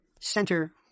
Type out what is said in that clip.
center